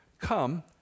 Come